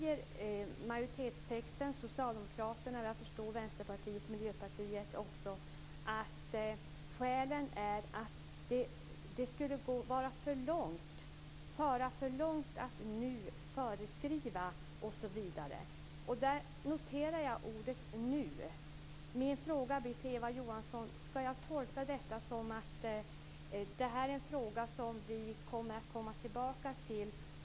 I majoritetstexten säger Socialdemokraterna och vad jag förstår även Vänsterpartiet och Miljöpartiet att skälen är att det skulle föra för långt att nu föreskriva osv. Där noterar jag ordet "nu". Min fråga till Eva Johansson blir: Skall jag tolka detta så att det är en fråga som vi kommer att komma tillbaka till?